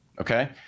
Okay